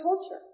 culture